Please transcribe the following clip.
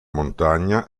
montagna